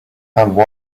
and